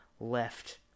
left